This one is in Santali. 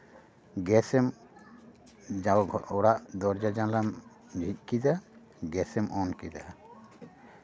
ᱜᱮᱥ ᱮᱢ ᱡᱟᱞ ᱚᱲᱟᱜ ᱫᱚᱨᱡᱟ ᱡᱟᱱᱞᱟᱢ ᱡᱷᱤᱡ ᱠᱮᱫᱟ ᱜᱮᱥᱮᱢ ᱚᱱ ᱠᱮᱫᱟ